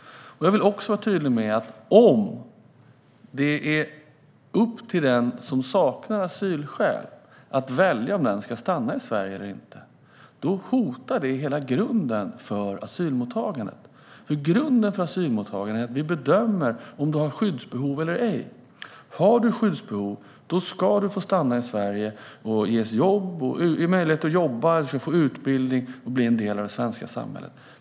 Jag vill också vara tydlig med att om det är upp till den som saknar asylskäl att välja om den ska stanna i Sverige eller inte hotar det hela grunden för asylmottagandet. Grunden för asylmottagandet är att vi bedömer om man har skyddsbehov eller ej. Har man skyddsbehov ska man få stanna i Sverige och ges möjlighet att jobba, få utbildning och bli en del av det svenska samhället.